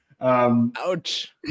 Ouch